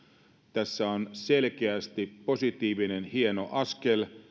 tässä on selkeästi positiivinen hieno askel